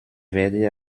werde